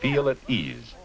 feel at ease